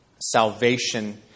salvation